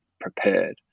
prepared